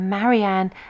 Marianne